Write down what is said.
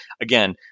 again